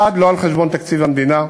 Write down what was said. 1. לא על חשבון תקציב המדינה,